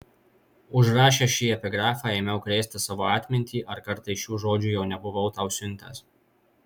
užrašęs šį epigrafą ėmiau krėsti savo atmintį ar kartais šių žodžių jau nebuvau tau siuntęs